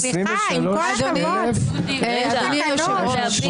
סליחה, עם כל הכבוד, יש תקנון.